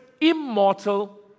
immortal